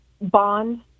bond